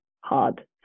hard